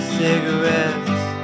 cigarettes